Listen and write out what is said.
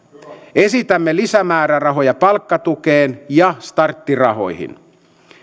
esitämme lisämäärärahoja palkkatukeen ja starttirahoihin